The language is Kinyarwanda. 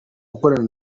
gukorana